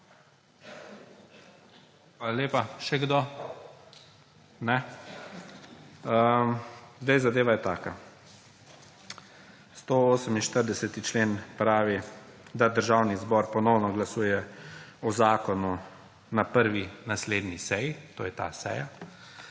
lepa. Še kdo? (Ne.) Zadeva je taka. 148. člen pravi, da Državni zbor ponovno glasuje o zakonu na prvi naslednji seji, to je ta seja.